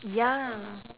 ya